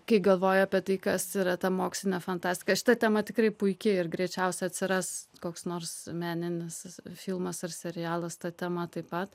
kai galvoju apie tai kas yra ta mokslinė fantastika šita tema tikrai puiki ir greičiausiai atsiras koks nors meninis filmas ar serialas ta tema taip pat